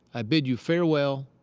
i bid you farewell,